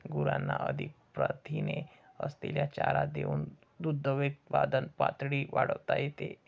गुरांना अधिक प्रथिने असलेला चारा देऊन दुग्धउत्पादन पातळी वाढवता येते